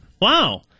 wow